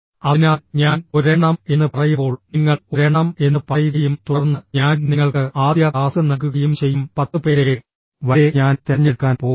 അതിനാൽ ഞാൻ ഒരെണ്ണം എന്ന് പറയുമ്പോൾ നിങ്ങൾ ഒരെണ്ണം എന്ന് പറയുകയും തുടർന്ന് ഞാൻ നിങ്ങൾക്ക് ആദ്യ ടാസ്ക് നൽകുകയും ചെയ്യും പത്ത് പേരെ വരെ ഞാൻ തിരഞ്ഞെടുക്കാൻ പോകുന്നു